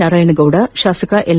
ನಾರಾಯಣಗೌಡ ಶಾಸಕ ಎಲ್